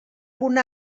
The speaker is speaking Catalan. punt